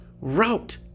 route